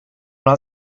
not